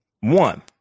one